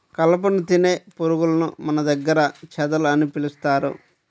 కలపను తినే పురుగులను మన దగ్గర చెదలు అని పిలుస్తారు